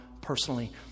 personally